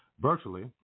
virtually